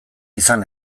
izan